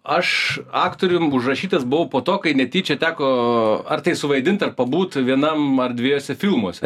aš aktorium užrašytas buvau po to kai netyčia teko ar tai suvaidint ar pabūt vienam ar dviejuose filmuose